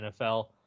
NFL